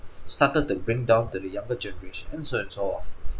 started to bring down to the younger generation and so it's off